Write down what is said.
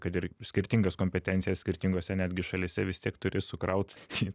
kad ir skirtingas kompetencijas skirtingose netgi šalyse vis tiek turi sukraut į